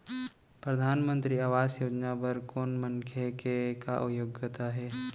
परधानमंतरी आवास योजना बर कोनो मनखे के का योग्यता हे?